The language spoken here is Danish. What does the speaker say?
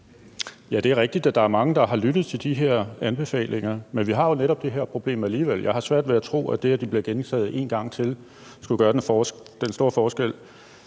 Ja, det er rigtigt, at der er mange, der har lyttet til de her anbefalinger. Men vi har jo netop det her problem alligevel. Jeg har svært ved at tro, at det, at de bliver gentaget én gang til, skulle gøre den store forskel.